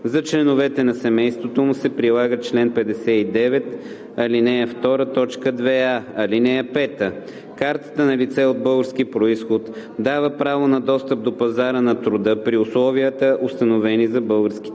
За членовете на семейството му се прилага чл. 59, ал. 2, т. 2а. (5) Картата на лице от български произход дава право на достъп до пазара на труда при условията, установени за българските